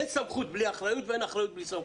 אין סמכות בלי אחריות ואין אחריות בלי סמכות.